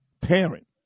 parent